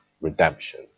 redemption